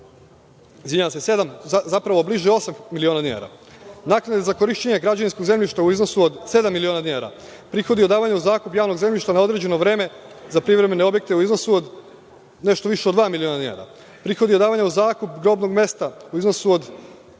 zapravo bliže osam miliona dinara, naknade za korišćenje građevinskog zemljišta u iznosu od sedam miliona dinara, prihodi o davanju u zakup javnog zemljišta na određeno vreme za privremene objekte u iznosu od nešto više od dva miliona dinara. Prihodi od davanja u zakup grobnog mesta u iznosu od